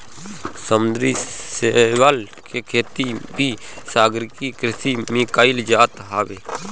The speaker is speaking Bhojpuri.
समुंदरी शैवाल के खेती भी सागरीय कृषि में कईल जात हवे